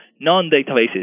non-databases